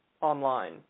online